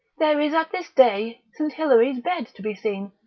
there is at this day st. hilary's bed to be seen,